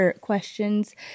questions